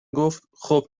گفتخوب